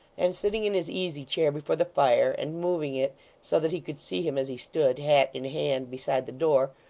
and sitting in his easy-chair before the fire, and moving it so that he could see him as he stood, hat in hand, beside the door,